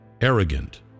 arrogant